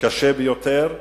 קשה ביותר.